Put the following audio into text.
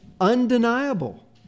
Undeniable